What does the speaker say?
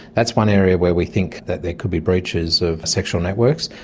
that's one area where we think that there could be breaches of sexual networks.